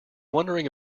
wondering